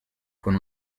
con